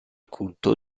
culto